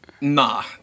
nah